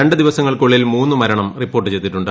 രണ്ടു ദിവസങ്ങൾക്കുള്ളിൽ മൂന്ന് മരണംകൂറ്റീപ്പോർട്ട് ചെയ്തിട്ടുണ്ട്